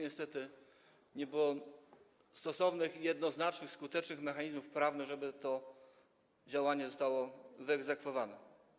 Niestety nie było stosownych i jednoznacznie skutecznych mechanizmów prawnych, żeby to działanie zostało wyegzekwowane.